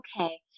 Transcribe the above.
okay